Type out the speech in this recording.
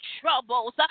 troubles